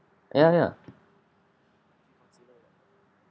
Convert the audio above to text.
ya ya